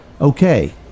okay